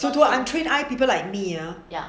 he got a trained eye people like me ah